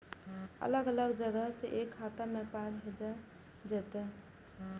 अलग अलग जगह से एक खाता मे पाय भैजल जेततै?